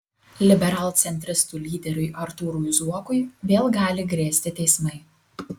liberalcentristų lyderiui artūrui zuokui vėl gali grėsti teismai